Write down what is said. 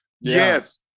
Yes